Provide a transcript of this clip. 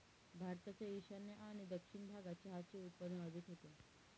भारताच्या ईशान्य आणि दक्षिण भागात चहाचे उत्पादन अधिक होते